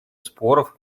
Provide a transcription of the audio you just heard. споров